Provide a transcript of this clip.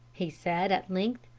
he said at length,